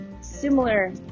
similar